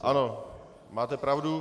Ano, máte pravdu.